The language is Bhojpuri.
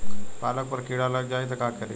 पालक पर कीड़ा लग जाए त का करी?